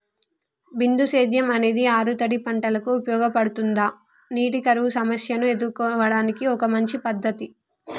బిందు సేద్యం అనేది ఆరుతడి పంటలకు ఉపయోగపడుతుందా నీటి కరువు సమస్యను ఎదుర్కోవడానికి ఒక మంచి పద్ధతి?